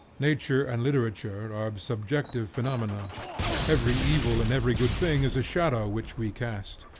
nature and literature are subjective phenomena every evil and every good thing is a shadow which we cast.